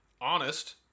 Honest